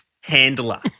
handler